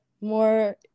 more